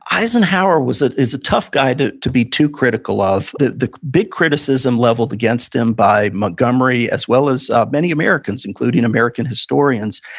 eisenhower ah is a tough guy to to be too critical of. the the big criticism leveled against him by montgomery, as well as many americans, including american historians,